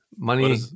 Money